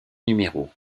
numéros